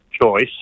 choice